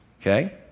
okay